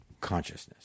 consciousness